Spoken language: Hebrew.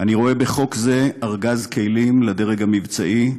אני רואה בחוק זה ארגז כלים לדרג המבצעי,